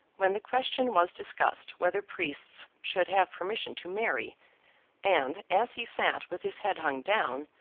when the question was discussed whether priests should have permission to marry and, as he sat with his head hung down,